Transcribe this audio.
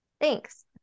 Thanks